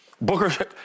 Booker